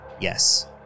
Yes